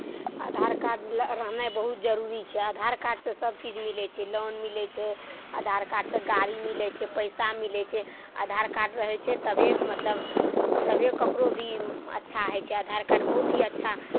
आधार कार्ड ल रहनाइ बहुत जरूरी छै आधार कार्डसँ सभचीज मिलै छै लोन मिलै छै आधार कार्डसँ गाड़ी मिलै छै पैसा मिलै छै आधार कार्ड रहै छै तभिए मतलब तभिए ककरो भी अच्छा होइ छै आधार कार्ड बहुत ही अच्छा